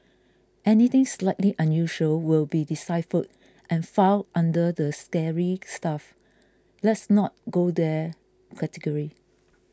anything slightly unusual will be deciphered and filed under the scary stuff let's not go there category